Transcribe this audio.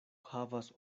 havas